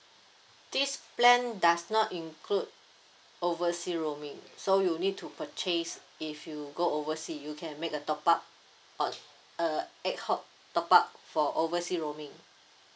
this plan does not include oversea roaming so you need to purchase if you go oversea you can make a top up uh err ad hoc top up for oversea roaming